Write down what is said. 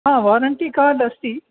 warranty card अस्ति